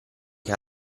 che